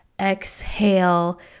exhale